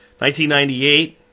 1998